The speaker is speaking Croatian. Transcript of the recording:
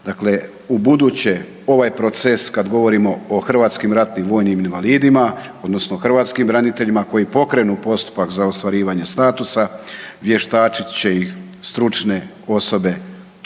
dakle ubuduće ovaj proces kad govorimo o HRVI-ma odnosno hrvatskim braniteljima koji pokrenu postupak za ostvarivanje statusa, vještačit će ih stručne osobe iz